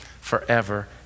forever